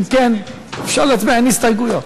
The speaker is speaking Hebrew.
אם כן, אפשר להצביע, אין הסתייגויות.